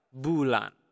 Bulan